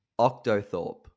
Octothorpe